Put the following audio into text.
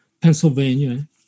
Pennsylvania